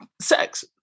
sex